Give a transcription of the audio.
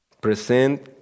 Present